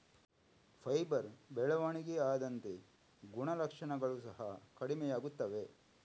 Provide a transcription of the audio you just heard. fibre ಬೆಳವಣಿಗೆ ಆದಂತೆ ಗುಣಲಕ್ಷಣಗಳು ಸಹ ಕಡಿಮೆಯಾಗುತ್ತವೆ